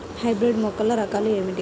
Hybrid మొక్కల రకాలు ఏమిటీ?